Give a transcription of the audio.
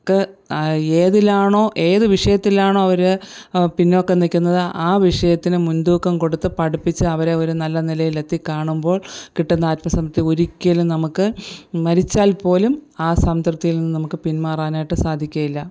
ക്ക് ഏതിലാണൊ ഏതു വിഷയത്തിലാണൊ അവർ പിന്നോക്കം നിൽക്കുന്നത് ആ വിഷയത്തിന് മുൻതൂക്കം കൊടുത്ത് പഠിപ്പിച്ച് അവരെ ഒരു നല്ല നിലയിലെത്തി കാണുമ്പോൾ കിട്ടുന്ന ആത്മസംതൃപ്തി ഒരിക്കലും നമുക്ക് മരിച്ചാൽ പോലും ആ സംതൃപ്തിയിൽ നിന്ന് നമുക്ക് പിന്മാറാനായിട്ടു സാധിക്കുകയില്ല